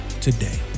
today